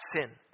sin